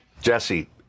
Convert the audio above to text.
Jesse